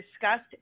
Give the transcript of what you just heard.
discussed